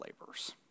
laborers